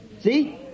See